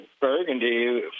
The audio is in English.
Burgundy